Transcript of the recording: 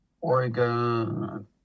Oregon